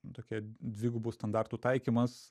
nu tokia dvigubų standartų taikymas